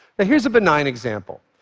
but here's a benign example.